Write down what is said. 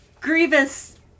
Grievous